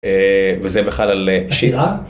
וזה בכלל על שירה.